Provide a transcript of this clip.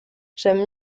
j’aime